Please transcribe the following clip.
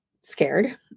scared